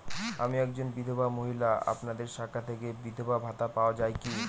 আমি একজন বিধবা মহিলা আপনাদের শাখা থেকে বিধবা ভাতা পাওয়া যায় কি?